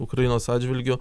ukrainos atžvilgiu